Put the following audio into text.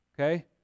okay